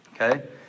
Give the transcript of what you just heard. Okay